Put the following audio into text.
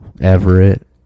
Everett